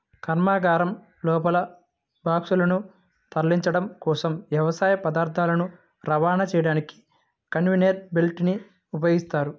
కర్మాగారం లోపల బాక్సులను తరలించడం కోసం, వ్యవసాయ పదార్థాలను రవాణా చేయడానికి కన్వేయర్ బెల్ట్ ని ఉపయోగిస్తారు